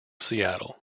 seattle